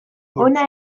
hona